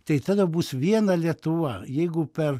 tai tada bus viena lietuva jeigu per